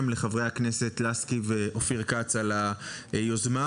ולחברי הכנסת לסקי ואופיר כץ על היוזמה.